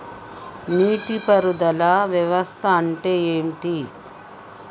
నీటి పారుదల వ్యవస్థ అంటే ఏంటి?